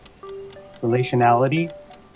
relationality